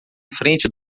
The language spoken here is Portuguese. frente